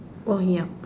oh yup